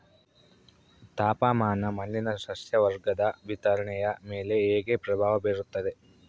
ತಾಪಮಾನ ಮಣ್ಣಿನ ಸಸ್ಯವರ್ಗದ ವಿತರಣೆಯ ಮೇಲೆ ಹೇಗೆ ಪ್ರಭಾವ ಬೇರುತ್ತದೆ?